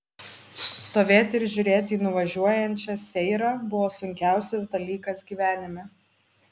stovėti ir žiūrėti į nuvažiuojančią seirą buvo sunkiausias dalykas gyvenime